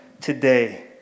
today